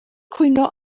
cwyno